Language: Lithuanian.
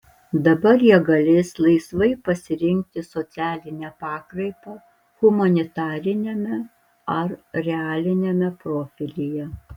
dabar jie galės laisvai pasirinkti socialinę pakraipą humanitariniame ar realiniame profilyje